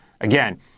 again